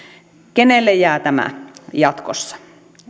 kenelle jää tämä jatkossa